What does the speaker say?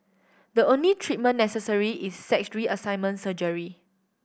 the only treatment necessary is sex reassignment surgery